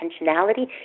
intentionality